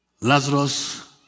Lazarus